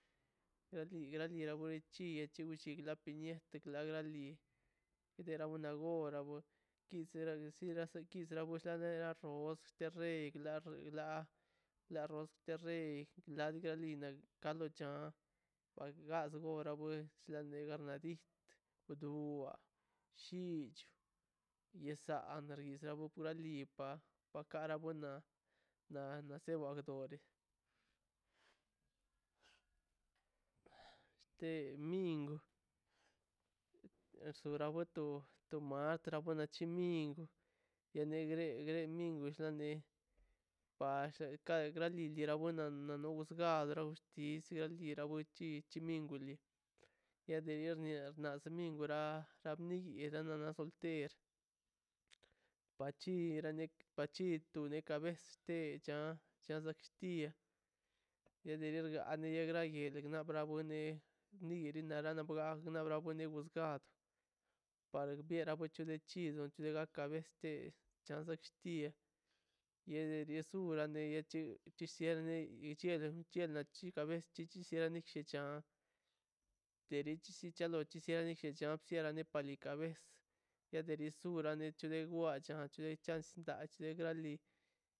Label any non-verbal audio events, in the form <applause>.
Lo di chira chi papiñet de claro agrali nadera una go kara go quisiera decir hace <unintelligible> te losi re las la ros tex la gralina kano cha wasgora na but dilo de garbabid dua llich yesa andris seba toda drinpa kalara bona na nosabakdo <noise> dore este mingo <unintelligible> che mingo te gre mingo denle <unintelligible> minguli dias de dios las domingu ra <unintelligible> na nad solter bachi bacho no de kare estechan chachaks tiyan de de grandiore yel bravone nire ganga bro na una ine jusgad <unintelligible> ka gull tichle diez de diez sura de ye yes chin siernen <noise> ichia na chi cabes si chi sia na teri si chia na chia <unintelligible> par li cabes di sura nachine wachan nachine sanchla dali